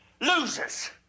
Losers